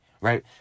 right